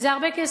זה הרבה כסף.